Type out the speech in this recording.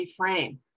reframe